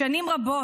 שנים רבות,